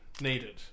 needed